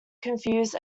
confused